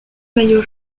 maillot